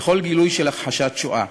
לכל גילוי של הכחשת השואה.